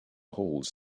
holds